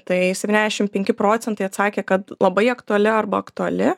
tai septyniadešim penki procentai atsakė kad labai aktuali arba aktuali